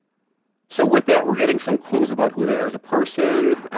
so with that we're getting some clues about who they are as a person,